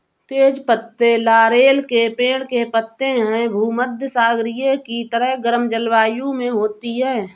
तेज पत्ते लॉरेल के पेड़ के पत्ते हैं भूमध्यसागरीय की तरह गर्म जलवायु में होती है